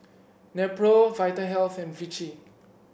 Nepro Vitahealth and Vichy